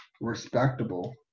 respectable